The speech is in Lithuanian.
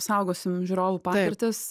saugosim žiūrovų patirtis